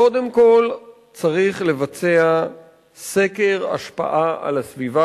קודם כול צריך לבצע סקר השפעה על הסביבה